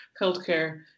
healthcare